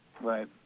Right